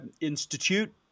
institute